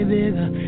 bigger